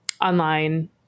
online